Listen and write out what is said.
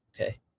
okay